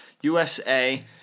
USA